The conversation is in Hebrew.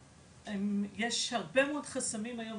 ויש הרבה מאוד חסמים היום,